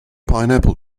pineapple